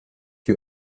you